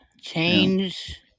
change